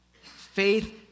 Faith